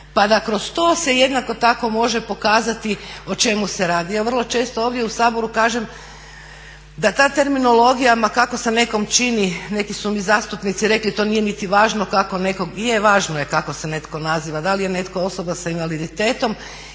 pa da kroz to se jednako tako može pokazati o čemu se radi. Ja vrlo često ovdje u Saboru kažem da ta terminologija ma kako se nekom čini, neki su mi zastupnici rekli to nije niti važno kako nekog, je važno je kako se netko naziva, da li netko osoba sa invaliditetom,